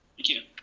you